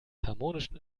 harmonischen